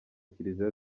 kiliziya